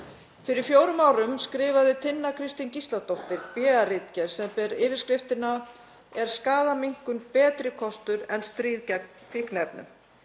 Fyrir fjórum árum skrifaði Tinna Kristín Gísladóttir BA-ritgerð sem ber yfirskriftina Er skaðaminnkun betri kostur en stríð gegn fíkniefnum?